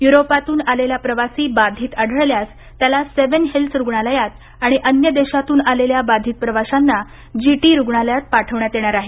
युरोपातून आलेला प्रवासी बाधित आढळल्यास त्याला सेव्हन हिल्स रुग्णालयात आणि अन्य देशांतून आलेल्या बाधित प्रवाशांना जीटी रुग्णालयात पाठवण्यात येणार आहे